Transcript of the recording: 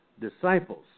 disciples